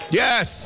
yes